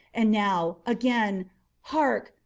and now again hark!